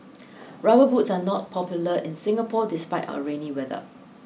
rubber boots are not popular in Singapore despite our rainy weather